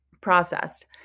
processed